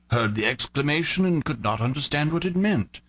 heard the exclamation, and could not understand what it meant.